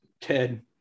Ted